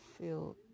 feel